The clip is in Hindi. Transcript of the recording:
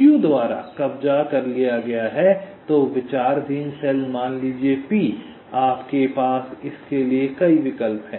q द्वारा कब्जा कर लिया गया है तो विचारधीन सेल मान लीजिये p आपके पास इसके लिए कई विकल्प हैं